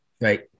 Right